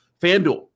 FanDuel